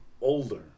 older